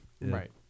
Right